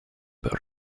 about